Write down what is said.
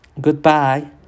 Goodbye